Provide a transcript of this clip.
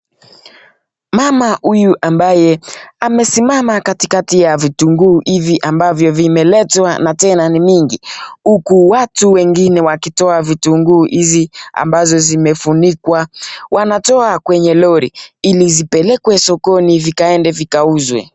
Mama huyu ambaye amesimama katikati ya vitunguu hivi ambavyo vimeletwa na tena ni mingi uku watu wengine wakitoa vitunguu hizi ambazo zimefunikwa. Wanatoa kwenye lori ili zipelekwe sokoni vikaende vikauzwe.